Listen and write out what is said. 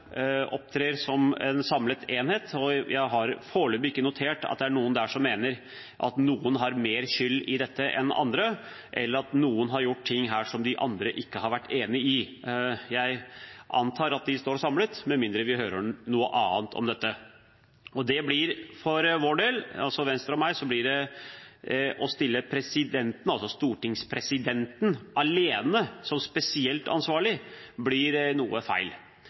opptrer som en samlet enhet. Jeg har foreløpig ikke notert at det er noen der som mener at noen har mer skyld i dette enn andre, eller at noen har gjort ting her som de andre ikke har vært enig i. Jeg antar at de står samlet, med mindre vi hører noe annet. For Venstre og meg blir det feil å stille stortingspresidenten alene som spesielt ansvarlig.